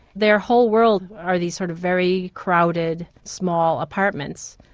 their whole world are these sort of very crowded, small apartments.